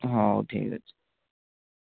ହଉ ଠିକ୍ ଅଛି